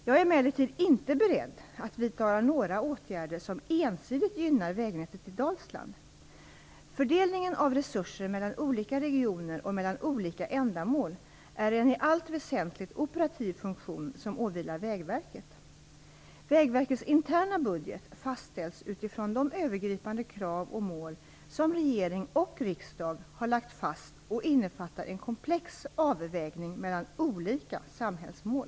Jag är emellertid inte beredd att vidta några åtgärder som ensidigt gynnar vägnätet i Dalsland. Fördelning av resurser mellan olika regioner och mellan olika ändamål är en i allt väsentligt operativ funktion som åvilar Vägverket. Vägverkets interna budget fastställs utifrån de övergripande krav och mål som regering och riksdag har lagt fast och innefattar en komplex avvägning mellan olika samhällsmål.